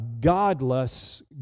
godless